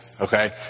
Okay